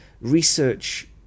research